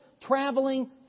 traveling